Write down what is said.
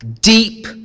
deep